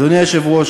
אדוני היושב-ראש,